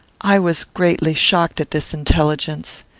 i was greatly shocked at this intelligence.